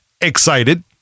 excited